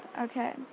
Okay